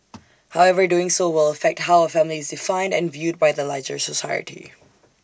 however doing so will affect how A family is defined and viewed by the larger society